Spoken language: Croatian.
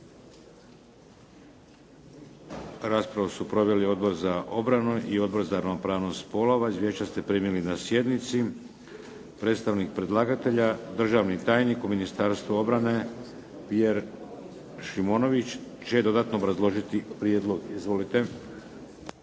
Raspravu su proveli Odbor za obranu i Odbor za ravnopravnost spolova. Izvješća ste primili na sjednici. Predstavnik predlagatelja državni tajnik u Ministarstvu obrane Pjer Šimonović će dodatno obrazložiti prijedlog. Izvolite.